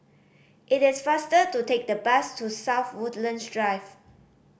it is faster to take the bus to South Woodlands Drive